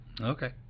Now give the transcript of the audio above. Okay